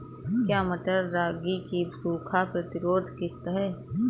क्या मटर रागी की सूखा प्रतिरोध किश्त है?